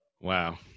Wow